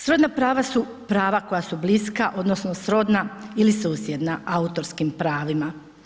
Srodna prava koja su prava koja su bliska odnosno srodna ili susjedna autorskim pravima.